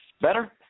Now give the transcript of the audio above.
Better